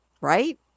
right